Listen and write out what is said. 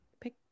pick